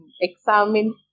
examine